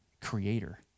creator